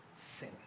sin